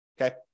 okay